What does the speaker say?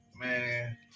Man